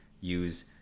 use